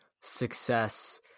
success